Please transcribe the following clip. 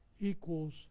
equals